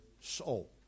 soul